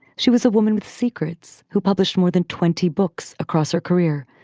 she was a woman with secrets who published more than twenty books across her career.